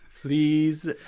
please